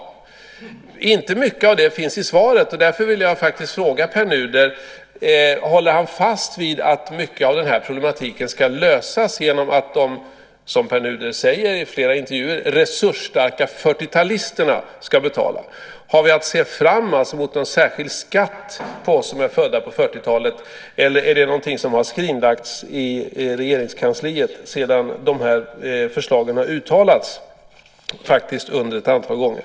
Det finns inte mycket av det i svaret. Därför vill jag faktiskt fråga Pär Nuder om han håller fast vid att mycket av den här problematiken ska lösas genom att de, som Pär Nuder säger i flera intervjuer, resursstarka 40-talisterna ska betala. Har vi att se fram mot en särskild skatt för oss som är födda på 40-talet? Eller är det någonting som har skrinlagts i Regeringskansliet sedan de här förslagen har framförts ett antal gånger?